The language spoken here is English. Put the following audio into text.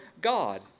God